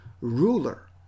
ruler